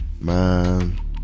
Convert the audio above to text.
Man